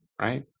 right